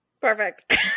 perfect